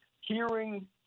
hearing